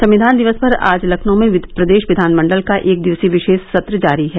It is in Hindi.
संविधान दिवस पर आज लखनऊ में प्रदेश विधानमंडल का एकदिवसीय विशेष सत्र जारी है